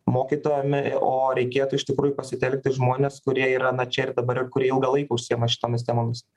mokytojam o reikėtų iš tikrųjų pasitelkti žmones kurie yra na čia ir dabar ir kurie ilgą laiką užsiima šitomis temomis